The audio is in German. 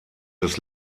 des